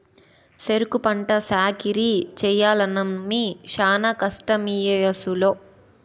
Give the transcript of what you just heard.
సెరుకు పంట సాకిరీ చెయ్యలేనమ్మన్నీ శానా కష్టమీవయసులో